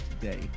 today